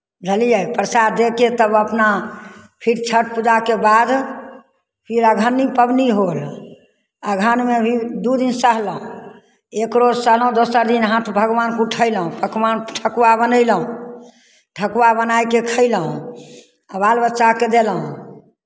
बुझलियै परसाद दए कऽ तब अपना फेर छठि पूजाके बाद फेर आब अगहनी पाबनि होल अगहनमे भी दू दिन सहलहुँ एक रोज सहलहुँ दोसर दिन हाथ भगवानकेँ उठयलहुँ पकवान ठकुआ बनयलहुँ ठकुआ बनाय कऽ खयलहुँ आ बाल बच्चाकेँ देलहुँ